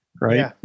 right